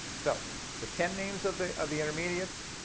so the ten names of the of the intermediates,